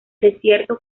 desierto